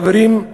חברים,